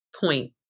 point